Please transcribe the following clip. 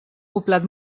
poblat